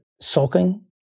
sulking